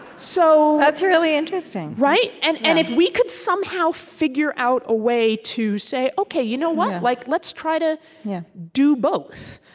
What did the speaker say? so that's really interesting right? and and if we could somehow figure out a way to say, ok, you know what? like let's try to do both.